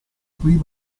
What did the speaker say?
clima